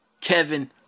Kevin